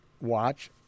Watch